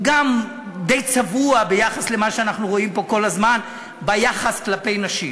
הוא גם די צבוע ביחס למה שאנחנו רואים פה כל הזמן ביחס כלפי נשים,